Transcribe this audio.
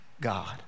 God